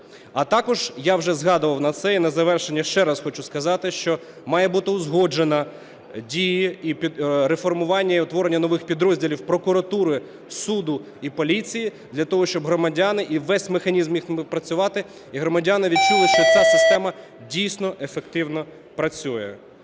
А також, я вже згадував це і на завершення ще раз хочу сказати, що має бути узгоджено дії і реформування і утворення нових підрозділів прокуратури, суду і поліції для того, щоб громадяни, і весь механізм міг працювати, і громадяни відчули, що ця система дійсно ефективно працює.